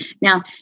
Now